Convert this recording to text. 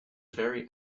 very